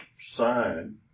sign